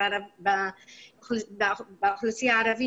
במיוחד עכשיו כשהן בשביתה בגלל המצב הכלכלי הקשה.